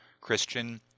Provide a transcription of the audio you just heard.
Christian